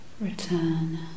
return